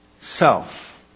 self